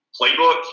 playbook